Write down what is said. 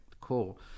cool